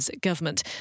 government